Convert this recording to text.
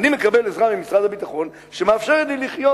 אני מקבל עזרה ממשרד הביטחון שמאפשרת לי לחיות.